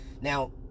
Now